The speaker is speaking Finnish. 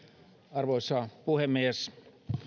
arvoisa puhemies